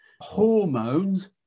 hormones